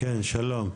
תותחני,